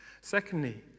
Secondly